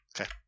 Okay